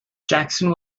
jackson